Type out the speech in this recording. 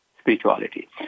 spirituality